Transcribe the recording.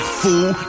fool